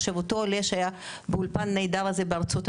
אותו עולה שהיה באולפן נהדר הזה בארצות הברית,